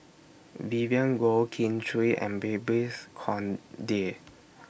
Vivien Goh Kin Chui and Babes Conde